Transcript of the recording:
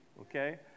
Okay